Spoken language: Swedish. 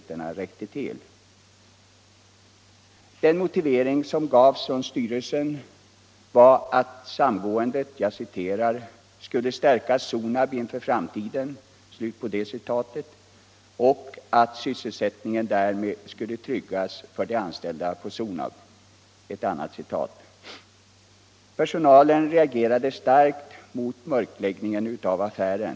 Den motivering — m.m. som angavs av företagets styrelse var att samgåendet ”skulle stärka Sonab inför framtiden” och att ”sysselsättningen därmed skulle tryggas för de anställda på Sonab”. Personalen reagerade starkt mot mörkläggningen av affären.